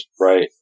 right